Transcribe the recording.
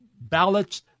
ballots